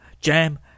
Jam